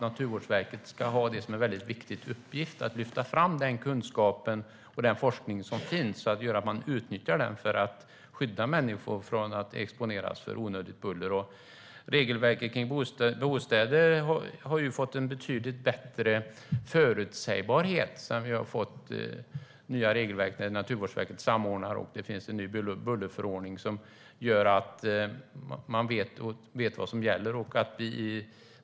Naturvårdsverket ska ha som en viktig uppgift att lyfta fram den kunskap och forskning som finns, så att man utnyttjar den för att skydda människor från att exponeras för onödigt buller. Med det nya regelverket kring bostäder har vi fått en betydligt bättre förutsägbarhet. Naturvårdsverket samordnar, och det finns en ny bullerförordning som gör att man vet vad som gäller.